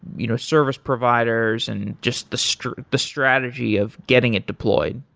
you know service providers and just the strategy the strategy of getting it deployed.